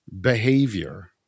behavior